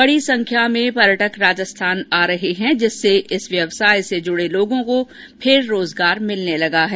बड़ी संख्या में पर्यटक राजस्थान आ रहे हैं जिससे इस व्यवसाय से जुड़े लोगों को फिर रोजगार भिलने लगा है